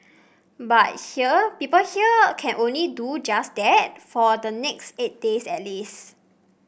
but here people here can only do just that for the next eight days at least